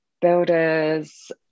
builders